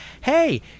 hey